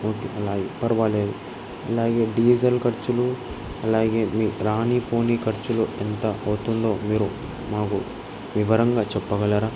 okay అలాగే పర్వాలేదు అలాగే డీజిల్ ఖర్చులు అలాగే మీ రాని పోనీ ఖర్చులు ఎంత అవుతుందో మీరు మాకు వివరంగా చెప్పగలరా